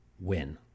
win